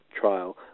trial